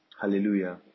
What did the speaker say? Hallelujah